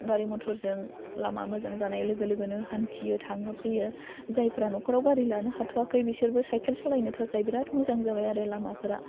गारि मटरजों लामा मोजां जानाय लोगो लोगोनो हान्थियो थाङो फैयो जायफ्रा न'खराव गारि लानो हाथ'याखै बिसोरबो साइकेल सालायनो थाखाय बेराद मोजां जाबाय आरो लामाफोरा